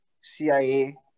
CIA